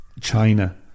China